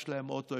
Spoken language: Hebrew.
יש להם אוטו,